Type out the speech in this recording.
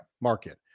market